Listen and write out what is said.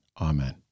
Amen